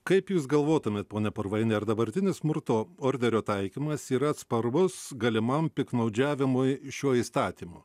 kaip jūs galvotumėt pone purvaini ar dabartinis smurto orderio taikymas yra atsparus galimam piktnaudžiavimui šiuo įstatymu